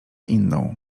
inną